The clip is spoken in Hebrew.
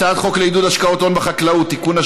הצעת חוק לעידוד השקעות הון בחקלאות (תיקון,